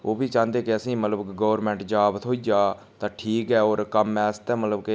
ओह् बी चाहंदे कि असेंगी मतलब गोरमेंट जाब थ्होई जा तां ठीक ऐ होर कम्म आस्तै मतलब कि